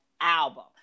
album